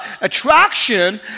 attraction